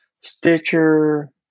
Stitcher